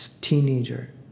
teenager